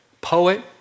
poet